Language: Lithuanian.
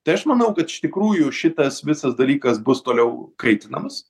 tai aš manau kad iš tikrųjų šitas visas dalykas bus toliau kaitinamas